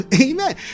amen